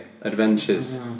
adventures